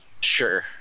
Sure